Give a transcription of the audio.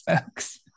folks